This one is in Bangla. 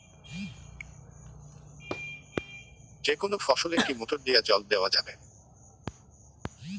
যেকোনো ফসলে কি মোটর দিয়া জল দেওয়া যাবে?